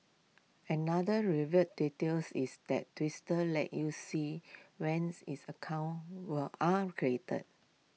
another reveal details is that twister lets you see when its accounts will are created